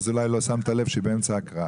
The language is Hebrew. אז אולי לא שמת לב שהיא באמצע ההקראה.